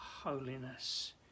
Holiness